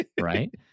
right